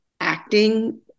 acting